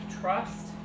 Trust